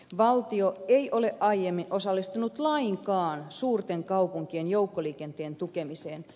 valtio ei ole aiemmin osallistunut lainkaan suurten kaupunkien joukkoliikenteen tukemiseen